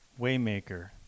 Waymaker